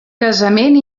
casament